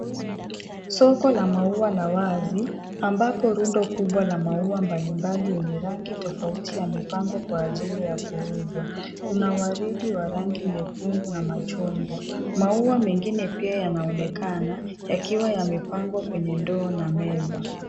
Soko la maua la wazi ambapo rundo kubwa la maua mbalimbali yenye rangi tofauti yamepangwa kwa ajili ya kuuzwa. Kuna waridi wa rangi nyekundu na machungwa . Maua mengine pia yanaonekana yakiwa yamepangwa kwenye ndoo na meza.